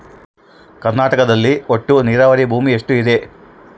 ಕರ್ನಾಟಕದಲ್ಲಿ ಒಟ್ಟು ನೇರಾವರಿ ಭೂಮಿ ಎಷ್ಟು ಇದೆ?